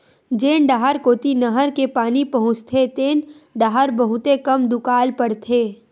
जेन डाहर कोती नहर के पानी पहुचथे तेन डाहर बहुते कम दुकाल परथे